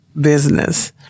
business